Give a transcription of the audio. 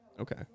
Okay